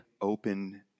open